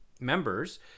members